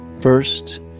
First